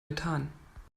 methan